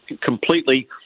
completely